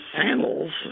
sandals